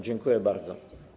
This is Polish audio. Dziękuję bardzo.